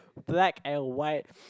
black and white